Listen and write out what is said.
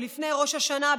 לפני ראש השנה,